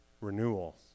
renewal